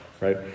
right